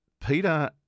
Peter